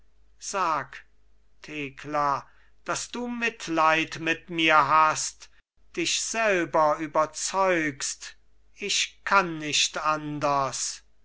sag thekla daß du mitleid mit mir hast dich selber überzeugst ich kann nicht anders